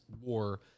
war